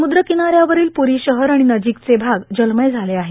समुद्र किनाऱ्यावरील प्ररी शहर आणि नजिकचे भाग जलमय झाले आहेत